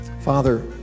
Father